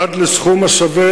עד לסכום השווה